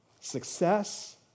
Success